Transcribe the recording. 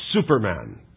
superman